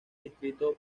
distrito